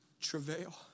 travail